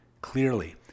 Clearly